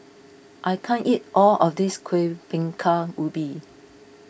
I can't eat all of this Kuih Bingka Ubi